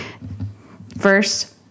Verse